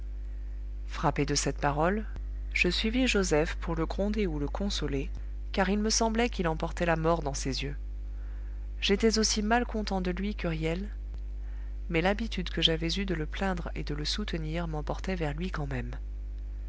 frappé de cette parole je suivis joseph pour le gronder ou le consoler car il me semblait qu'il emportait la mort dans ses yeux j'étais aussi mal content de lui qu'huriel mais l'habitude que j'avais eue de le plaindre et de le soutenir m'emportait vers lui quand même